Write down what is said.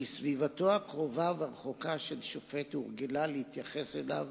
כי סביבתו הקרובה והרחוקה של שופט הורגלה להתייחס אליו